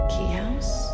Keyhouse